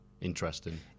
Interesting